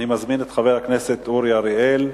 אני מזמין את חבר הכנסת אורי אריאל.